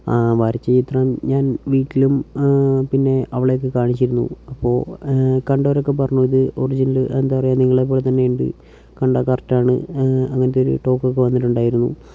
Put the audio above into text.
വരച്ച ചിത്രം ഞാൻ വീട്ടിലും പിന്നെ അവളെയൊക്കെ കാണിച്ചിരുന്നു അപ്പോൾ കണ്ടവരൊക്കെ പറഞ്ഞു ഇത് ഒറിജിനല് എന്താ പറയുക നിങ്ങളെപ്പോലെത്തന്നെ ഉണ്ട് കണ്ടാൽ കറക്റ്റാണ് അങ്ങനത്തെ ഒരു ടോക്കൊക്കെ വന്നിട്ടുണ്ടായിരുന്നു